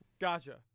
Gotcha